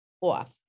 off